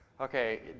Okay